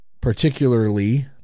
Particularly